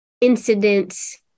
incidents